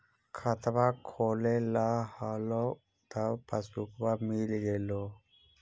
खतवा खोलैलहो तव पसबुकवा मिल गेलो?